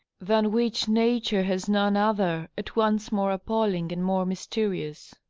than which nature has none other at once more appalling and more mysterious.